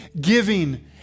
giving